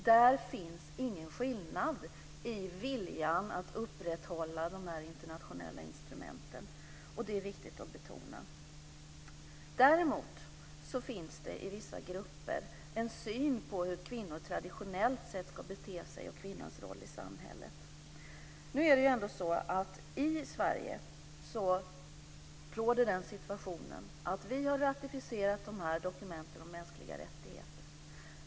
Där finns ingen skillnad i viljan att upprätthålla dessa internationella instrument. Det är viktigt att betona. Däremot finns det i vissa grupper en syn på hur kvinnor traditionellt sett ska bete sig och på kvinnans roll i samhället. I Sverige råder situationen att vi har ratificerat dessa dokument om mänskliga rättigheter.